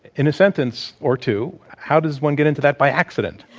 in a sentence or two, how does one get into that by accident?